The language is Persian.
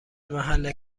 محل